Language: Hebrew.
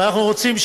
ואנחנו רוצים,